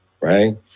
right